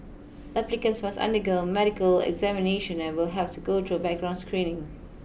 applicants must undergo a medical examination and will have to go through background screening